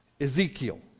Ezekiel